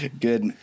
Good